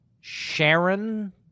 Sharon